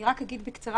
אני רק אגיד בקצרה.